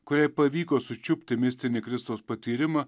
kuriai pavyko sučiupti mistinį kristaus patyrimą